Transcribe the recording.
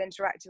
interactive